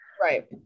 Right